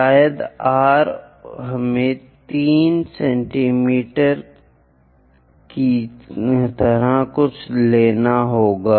शायद r हमें 3 centimetre की तरह कुछ लेने दें